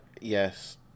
Yes